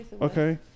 okay